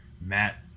Matt